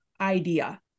idea